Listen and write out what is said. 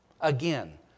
Again